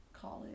college